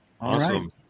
Awesome